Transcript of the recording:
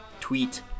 tweet